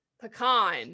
pecan